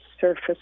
surface